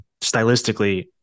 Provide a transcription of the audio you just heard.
stylistically